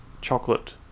chocolate